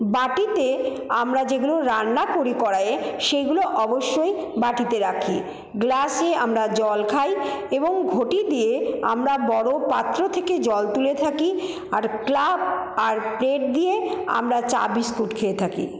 বাটিতে আমরা যেগুলো রান্না করি কড়াইয়ে সেগুলো অবশ্যই বাটিতে রাখি গ্লাসে আমরা জল খাই এবং ঘটি দিয়ে আমরা বড়ো পাত্র থেকে জল তুলে থাকি আর কাপ আর প্লেট দিয়ে আমরা চা বিস্কুট খেয়ে থাকি